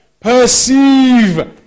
perceive